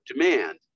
demand